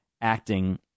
acting